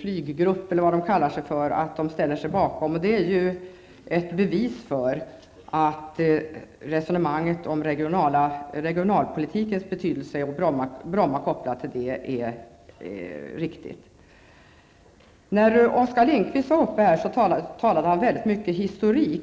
flyggrupp, eller vad den kallas, ställer sig bakom ett bevarande av Bromma. Det är ett bevis för att resonemanget om Bromma flygplats betydelse för regionalpolitiken är riktigt. Oskar Lindkvist talade väldigt mycket om historik.